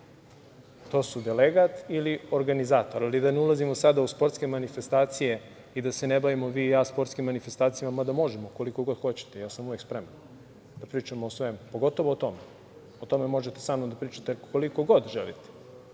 To su delegat ili organizator, ali da ne ulazimo sada u sportske manifestacije i da se ne bavimo vi i ja sportskim manifestacijama, mada možemo. Koliko god hoćete, ja sam uvek spreman da pričamo o svemu, pogotovo o tome. O tome možete sa mnom da pričate koliko god želite.